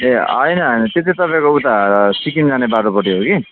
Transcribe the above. ए हैन त्यो चाहिँ तपाईँको उता सिक्किम जाने बाटोपट्टि हो कि